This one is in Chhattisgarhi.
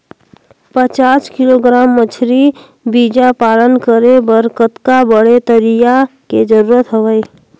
पचास किलोग्राम मछरी बीजा पालन करे बर कतका बड़े तरिया के जरूरत हवय?